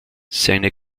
seine